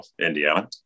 Indiana